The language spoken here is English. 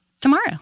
tomorrow